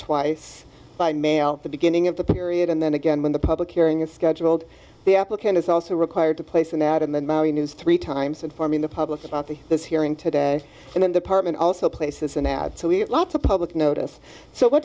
twice by mail the beginning of the period and then again when the public hearing is scheduled the applicant is also required to place an ad in the news three times informing the public about the this hearing today and then department also places an ad so we had lots of public notice so what